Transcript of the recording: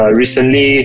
recently